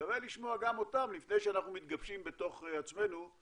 שווה לשמוע גם אותם לפני שאנחנו מתגבשים בתוך עצמנו.